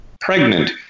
pregnant